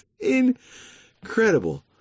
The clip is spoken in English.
incredible